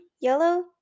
yellow